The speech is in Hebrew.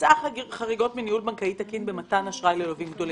הוא מצא חריגות מניהול בנקאי תקין במתן אשראי ללווים גדולים.